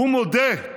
הוא מודה,